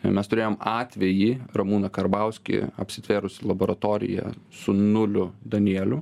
ir mes turėjom atvejį ramūną karbauskį apsitvėrus laboratoriją su nuliu danielių